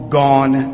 gone